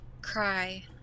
cry